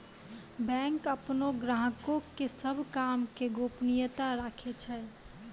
bank अपनो ग्राहको के सभ काम के गोपनीयता राखै छै